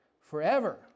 forever